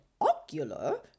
ocular